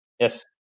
Yes